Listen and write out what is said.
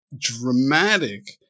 dramatic